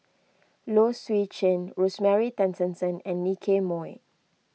Low Swee Chen Rosemary Tessensohn and Nicky Moey